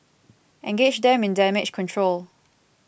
engage them in damage control